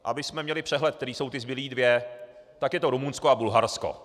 Abychom měli přehled, které jsou ty zbylé dvě, tak je to Rumunsko a Bulharsko.